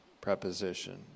preposition